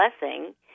blessing